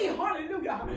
hallelujah